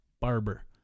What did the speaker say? barber